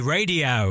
Radio